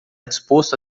disposto